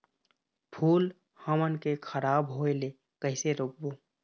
फूल हमन के खराब होए ले कैसे रोकबो?